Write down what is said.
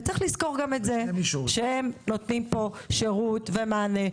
וצריך לזכור גם את זה שהם נותנים פה שירות ומענה,